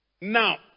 Now